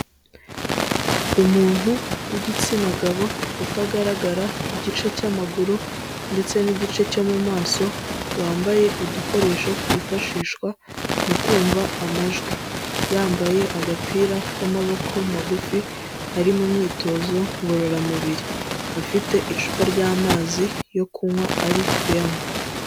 Umuntu w'igitsina gabo utagaragara igice cy'maguru ndetse n'igice cyo mu maso wambaye udukoresho twifashishwa mu kumva amajwi, yambaye agapira k'amaboko magufi ari mu myitozo ngororamubiri afite icupa ry'amazi yo kunywa ari kuyanywa.